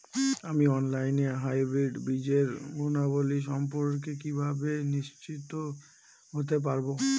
আমি অনলাইনে হাইব্রিড বীজের গুণাবলী সম্পর্কে কিভাবে নিশ্চিত হতে পারব?